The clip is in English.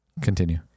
Continue